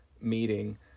meeting